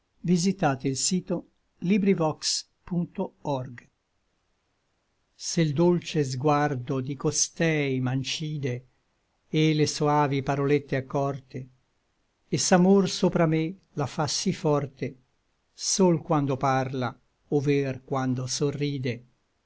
spiega l'ale se l dolce sguardo di costei m'ancide et le soavi parolette accorte et s'amor sopra me la fa sí forte sol quando parla over quando sorride